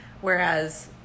Whereas